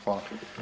Hvala.